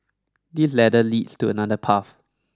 this ladder leads to another path